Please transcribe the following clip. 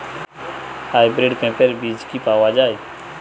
Hybrid পেঁপের বীজ কি পাওয়া যায়?